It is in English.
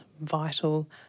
vital